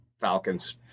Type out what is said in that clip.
Falcons